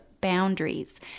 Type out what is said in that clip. boundaries